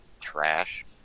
Trash